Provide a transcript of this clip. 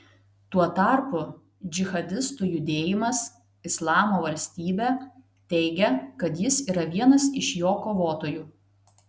tuo tarpu džihadistų judėjimas islamo valstybė teigia kad jis yra vienas iš jo kovotojų